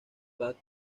bat